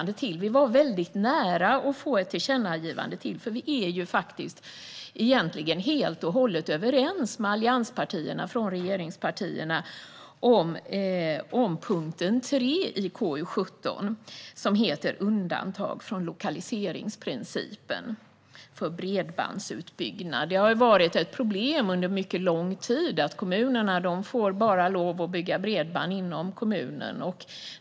Det var väldigt nära, för vi är ju från regeringspartiernas sida egentligen helt och hållet överens med allianspartierna om punkt 3 i KU17, Undantag från lokaliseringsprincipen för bredbandsutbyggnad. Det har under mycket lång tid varit ett problem att kommunerna bara får bygga bredband inom kommunen.